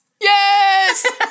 Yes